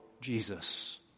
Jesus